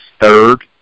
third